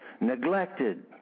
neglected